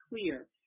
clear